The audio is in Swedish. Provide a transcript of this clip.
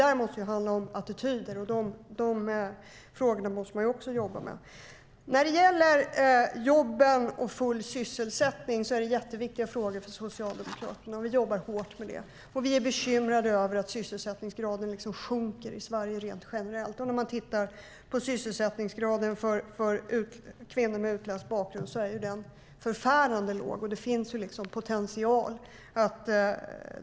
Det handlar om attityder, och de frågorna måste man också jobba med. Jobb och full sysselsättning är jätteviktiga frågor för Socialdemokraterna, och vi jobbar hårt med dem. Vi är bekymrade över att sysselsättningsgraden sjunker i Sverige rent generellt. Tittar man på sysselsättningsgraden för kvinnor med utländsk bakgrund är den förfärande låg. Här finns en potential.